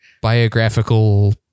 biographical